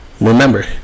Remember